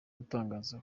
utangaza